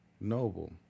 noble